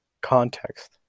Context